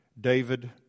David